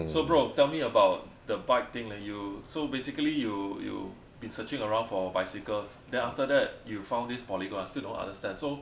so bro tell me about the bike thing that you so basically you you been searching around for bicycles then after that you found this polygon I still don't understand so